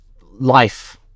life